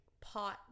pot